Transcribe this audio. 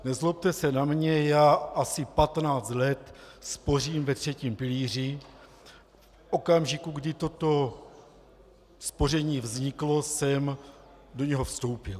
Nezlobte se na mě, já asi 15 let spořím ve třetím pilíři, v okamžiku, kdy toto spoření vzniklo, jsem do něho vstoupil.